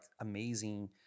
amazing